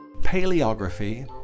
paleography